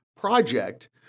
project